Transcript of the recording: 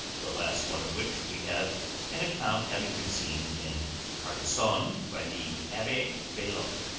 the last one of which we have an account having been seen in carcassonne by the abbe belloc,